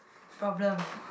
problem